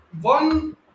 one